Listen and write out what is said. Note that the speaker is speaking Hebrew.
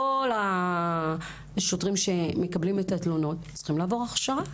כל השוטרים שמקבלים את התלונות צריכים לעבור הכשרה.